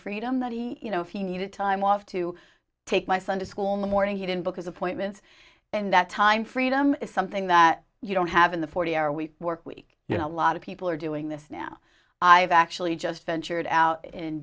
freedom that he you know if he needed time off to take my son to school in the morning he didn't because appointments and that time freedom is something that you don't have in the forty hour week work week you know a lot of people are doing this now i've actually just ventured out